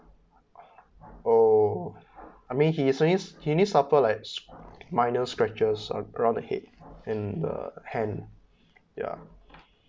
orh I mean he is only he's only suffer like sc~ minor scratches on around the head and the hand ya